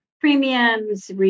premiums